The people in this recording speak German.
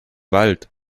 wald